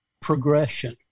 progression